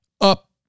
up